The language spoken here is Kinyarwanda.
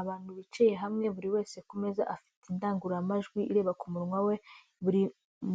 Abantu bicaye hamwe, buri wese ku meza afite indangururamajwi ireba ku munwa we, buri